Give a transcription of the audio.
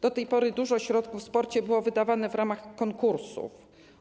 Do tej pory dużo środków w sporcie było wydawanych w ramach konkursów.